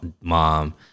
mom